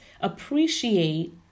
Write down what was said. appreciate